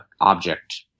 object